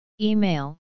Email